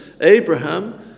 Abraham